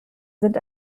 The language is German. sind